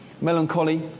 melancholy